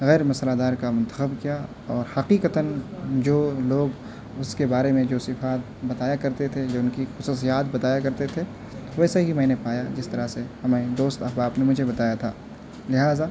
غیرمصالحہ دار کا منتخب کیا اور حقیقتاً جو لوگ اس کے بارے میں جو صفات بتایا کرتے تھے جو ان کی خصوصیات بتایا کرتے تھے ویسے ہی میں نے پایا جس طرح سے ہمیں دوست احباب نے مجھے بتایا تھا لہٰذا